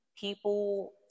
People